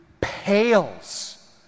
pales